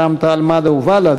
רע"ם-תע"ל-מד"ע ובל"ד: